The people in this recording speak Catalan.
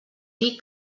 dir